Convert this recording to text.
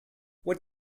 what